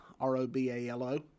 r-o-b-a-l-o